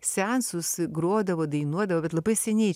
seansus grodavo dainuodavo bet labai seniai